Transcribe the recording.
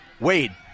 Wade